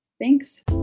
thanks